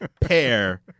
pair